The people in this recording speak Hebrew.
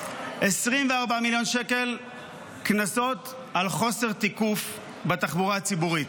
24 מיליון שקל קנסות על חוסר תיקוף בתחבורה הציבורית.